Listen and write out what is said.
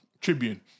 Tribune